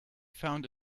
found